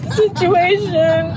situation